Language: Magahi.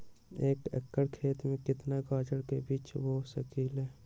एक एकर खेत में केतना गाजर के बीज बो सकीं ले?